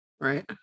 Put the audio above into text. Right